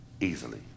Easily